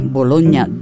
Bologna